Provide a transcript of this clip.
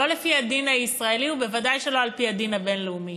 לא לפי הדין הישראלי וודאי שלא לפי הדין הבין-לאומי.